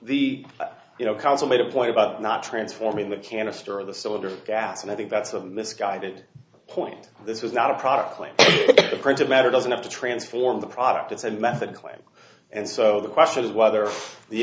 the you know council made a point about not transforming the canister of the cylinder gas and i think that's a misguided point this is not a product claim the printed matter doesn't have to transform the product it's a method claim and so the question is whether the